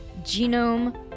genome